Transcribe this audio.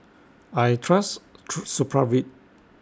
I Trust Supravit